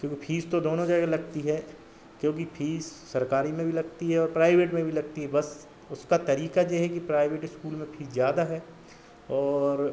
क्योंकि फीस तो दोनों जगह लगती है क्योंकि फीस सरकारी में भी लगती है और प्राइवेट में भी लगती है बस उसका तरीका यह है कि प्राइवेट इस्कूल में फीस ज़्यादा है और